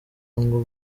ngo